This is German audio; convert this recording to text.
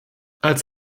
als